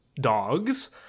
dogs